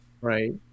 Right